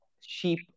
sheep